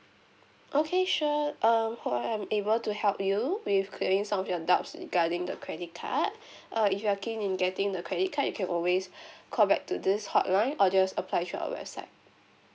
okay sure um hope I'm able to help you with clearing some of your doubt regarding the credit card err if you are keen in getting the credit card you can always call back to this hotline or just apply through our website